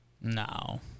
No